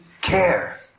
care